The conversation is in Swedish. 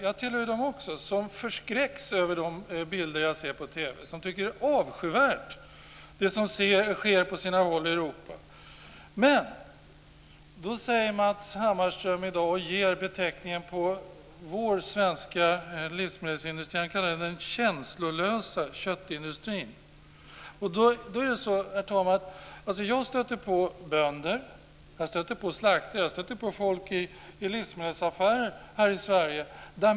Jag tillhör också dem som förskräcks över de bilder jag ser på TV. Jag tycker att det som sker på sina håll i Europa är avskyvärt. Matz Hammarström kallar vår svenska livsmedelsindustri för den känslolösa köttindustrin. Herr talman! Jag stöter på bönder, slaktare och folk i livsmedelsaffärer här i Sverige.